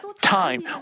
time